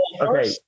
Okay